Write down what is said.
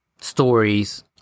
stories